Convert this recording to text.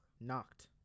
knocked